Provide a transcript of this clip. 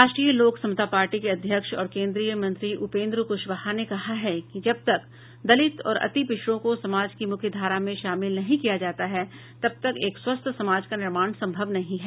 राष्ट्रीय लोक समता पार्टी के अध्यक्ष और केन्द्रीय मंत्री उपेन्द्र कुशवाहा ने कहा है कि जब तक दलित और अति पिछड़ों को समाज की मुख्य धारा में शामिल नहीं किया जाता है तब तक एक स्वस्थ्य समाज का निर्माण संभव नहीं है